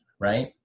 right